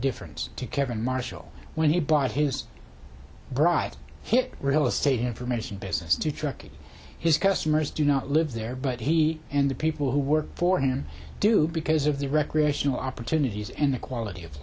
difference to kevin marshall when he bought his bride here real estate information business to trucking his customers do not live there but he and the people who work for him do because of the recreational opportunities and the quality of